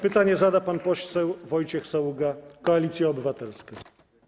Pytanie zada pan poseł Wojciech Saługa, Koalicja Obywatelska.